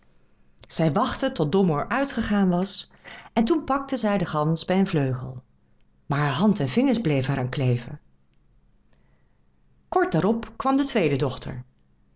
zij wachtte tot domoor uitgegaan was en toen pakte zij de gans bij een vleugel maar haar hand en vingers bleven er aan vastkleven kort daarop kwam de tweede dochter